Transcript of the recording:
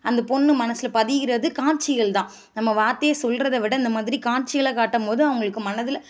அந்த பொண்ணு மனசில் பதியிறது காட்சிகள்தான் நம்ம வார்த்தையாக சொல்கிறத விட இந்த மாதிரி காட்சிகளாக காட்டும்போது அவங்களுக்கு மனதில்